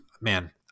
man